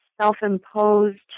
self-imposed